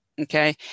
okay